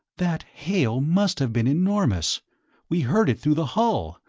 that hail must have been enormous we heard it through the hull.